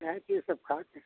कहें कि ये सब खात हैं